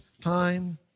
time